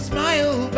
smile